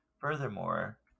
Furthermore